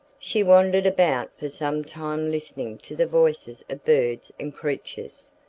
she wandered about for some time listening to the voices of birds and creatures,